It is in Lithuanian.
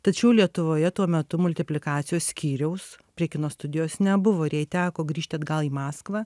tačiau lietuvoje tuo metu multiplikacijos skyriaus prie kino studijos nebuvo ir jai teko grįžt atgal į maskvą